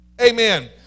Amen